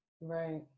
Right